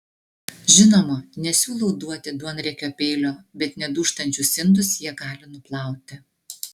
žinoma nesiūlau duoti duonriekio peilio bet nedūžtančius indus jie gali nuplauti